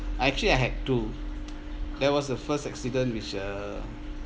I actually I had two that was the first accident which uh